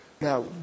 Now